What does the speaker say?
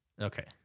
Okay